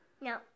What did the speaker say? No